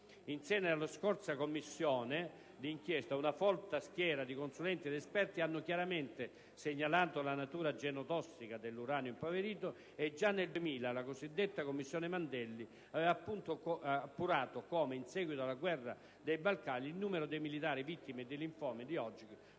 In seno alla scorsa Commissione d'inchiesta, una folta schiera di consulenti ed esperti ha chiaramente segnalato la natura genotossica dell'uranio impoverito, e già nel 2000 la cosiddetta commissione Mandelli aveva appurato come, in seguito alla guerra dei Balcani, il numero di militari vittime di linfomi di Hodgkin